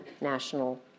national